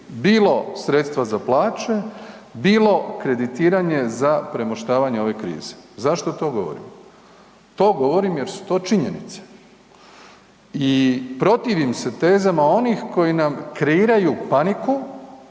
bilo sredstva za plaće, bilo kreditiranje za premoštavanje ove krize. Zašto to govorim? To govorim jer su to činjenice. I protivim se tezama onih koji nam kreiraju paniku,